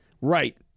Right